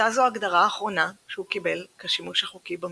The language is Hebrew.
הייתה זו ההגדרה האחרונה שהוא קיבל כשימוש החוקי במילה.